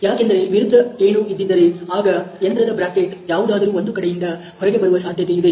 ಯಾಕೆಂದರೆ ವಿರುದ್ಧ ಏಣು ಇದ್ದಿದ್ದರೆ ಆಗ ಯಂತ್ರದ ಬ್ರಾಕೆಟ್ ಯಾವುದಾದರೂ ಒಂದು ಕಡೆಯಿಂದ ಹೊರಗೆ ಬರುವ ಸಾಧ್ಯತೆ ಇದೆ